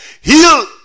heal